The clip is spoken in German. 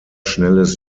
schnelles